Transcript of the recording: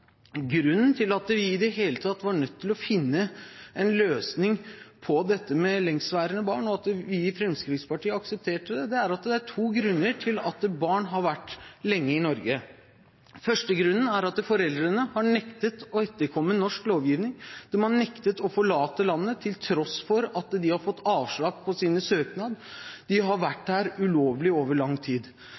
Grunnen til at man i det hele tatt var nødt til å finne en løsning på dette med lengeværende barn, og at vi i Fremskrittspartiet aksepterte det, er at det er to grunner til at barn har vært lenge i Norge. Den ene grunnen er at foreldrene har nektet å etterkomme norsk lovgivning, de har nektet å forlate landet, til tross for at de har fått avslag på sin søknad. De har vært her ulovlig over lang tid.